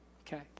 Okay